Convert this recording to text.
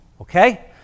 okay